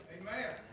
Amen